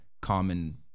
common